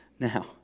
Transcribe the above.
Now